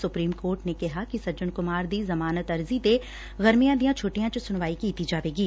supreme court ਨੇ ਕਿਹਾ ਕਿ ਸੱਜਣ ਕੁਮਾਰ ਦੀ ਜ਼ਮਾਨਤ ਅਰਜੀ ਤੇ ਗਰਮੀਆਂ ਦੀਆਂ ਛੁੱਟੀਆਂ ਚ ਸੁਣਵਾਈ ਕੀਤੀ ਜਾਏਗੀ